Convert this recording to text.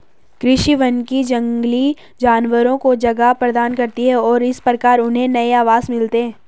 कृषि वानिकी जंगली जानवरों को जगह प्रदान करती है और इस प्रकार उन्हें नए आवास मिलते हैं